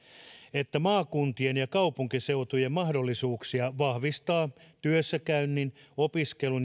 että maakuntien ja kaupunkiseutujen mahdollisuuksia vahvistaa työssäkäynti opiskelu